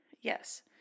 Yes